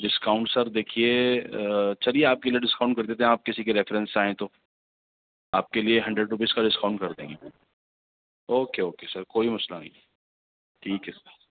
discount sir دیکھیے چلیے آپ کے لئے ڈسکاؤنٹ کر دیتے ہیں آپ کسی کے ریفرینس سے آئے ہیں تو آپ کے لئے ہنڈریڈ روپیز کا ڈسکاؤنٹ کر دیں گے اوکے اوکے سر کوئی مسئلہ نہیں ٹھیک ہے